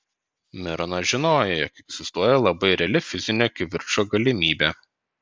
mironas žinojo jog egzistuoja labai reali fizinio kivirčo galimybė